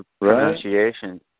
pronunciation